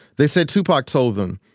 they said tupac told them,